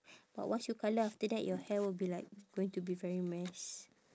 but once you colour after that your hair will be like going to be very mess